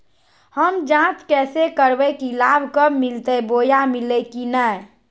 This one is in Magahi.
हम जांच कैसे करबे की लाभ कब मिलते बोया मिल्ले की न?